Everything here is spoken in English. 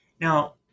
Now